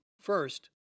First